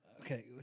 okay